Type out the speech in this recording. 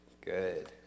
Good